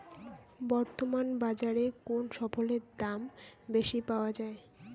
বর্তমান বাজারে কোন ফসলের দাম বেশি পাওয়া য়ায়?